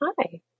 Hi